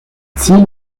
ziel